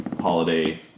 holiday